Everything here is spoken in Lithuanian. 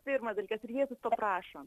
pirmas dalykas ir jėzus paprašo